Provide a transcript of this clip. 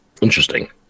Interesting